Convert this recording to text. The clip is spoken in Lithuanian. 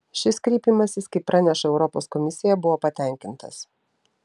šis kreipimasis kaip praneša europos komisija buvo patenkintas